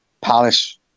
palace